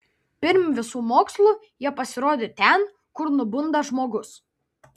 pirm visų mokslų ji pasirodo ten kur nubunda žmogus